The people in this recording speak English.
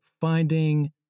finding